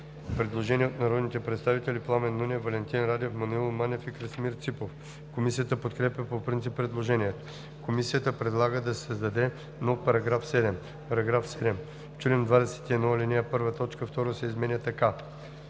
Предложение от народните представители Пламен Нунев, Валентин Радев, Маноил Манев и Красимир Ципов. Комисията подкрепя по принцип предложението. Комисията предлага да се създаде нов § 7: „§ 7. В чл. 21, ал. 1 т. 2 се изменя така: